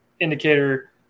indicator